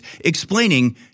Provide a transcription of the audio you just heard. explaining